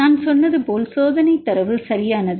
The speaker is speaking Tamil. நான் சொன்னது போல் சோதனை தரவு சரியானது